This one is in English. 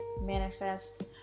manifest